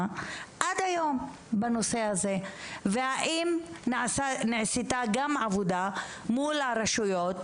עד היום והאם נעשתה גם עבודה מול הרשויות